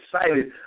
excited